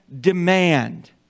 demand